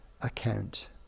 account